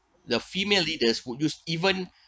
the female leaders would use even